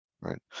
right